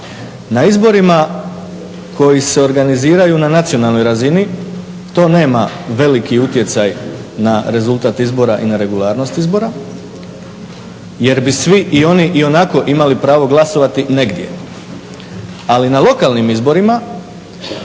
Na izborima koji se organiziraju na nacionalnoj razini to nema veliki utjecaj na rezultat izbora i na regularnost izbora, jer bi svi oni ionako imali pravo glasovati negdje. Ali na lokalnim izborima